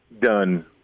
done